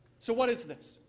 so what is this?